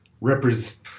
represent